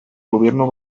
gobierno